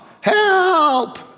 help